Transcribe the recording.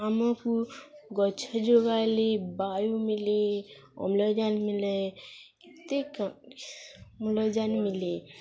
ଆମକୁ ଗଛ ଯୋଗାଇଲେ ବାୟୁ ମିଲେ ଅମ୍ଳଜାନ ମିଲେ ଏତେ କା ଅମ୍ଲଜାନ ମିଲେ